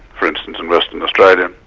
for instance in western australia,